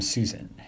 Susan